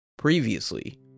Previously